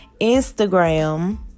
Instagram